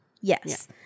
Yes